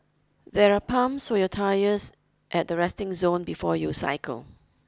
there are pumps for your tyres at the resting zone before you cycle